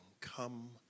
come